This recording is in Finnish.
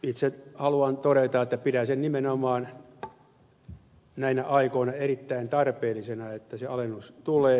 itse haluan todeta että pidän nimenomaan näinä aikoina erittäin tarpeellisena että se alennus tulee